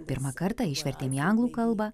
pirmą kartą išvertėm į anglų kalbą